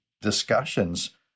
discussions